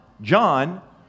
John